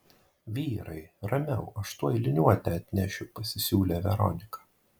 vyrai ramiau aš tuoj liniuotę atnešiu pasisiūlė veronika